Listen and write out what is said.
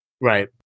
Right